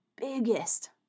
biggest